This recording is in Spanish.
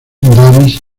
davis